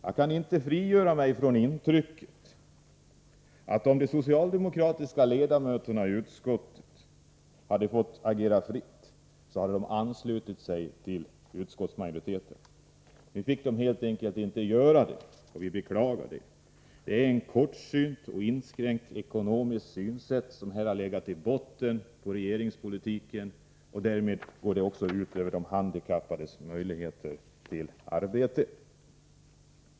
Jag kan inte frigöra mig från intrycket, att om de socialdemokratiska ledamöterna i utskottet hade fått agera fritt, hade de anslutit sig till utskottsmajoriteten. Nu fick de helt enkelt inte göra det, och jag beklagar detta. Det är ett kortsynt och inskränkt ekonomiskt synsätt som legat i botten på regeringens politik, och det går ut över de handikappades möjligheter till arbete.